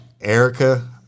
Erica